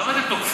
למה אתם תוקפים?